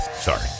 sorry